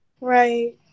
Right